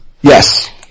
Yes